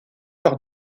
par